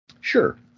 Sure